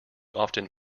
often